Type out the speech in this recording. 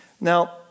now